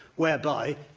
whereby,